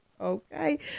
okay